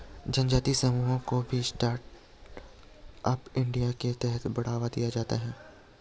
जनजाति समुदायों को भी स्टैण्ड अप इंडिया के तहत बढ़ावा दिया जाता है